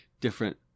different